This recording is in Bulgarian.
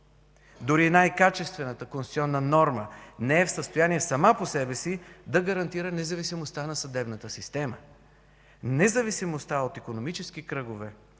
Дори и най-качествената конституционна норма не е в състояние сама по себе си да гарантира независимостта на съдебната система. Независимостта от икономически кръгове,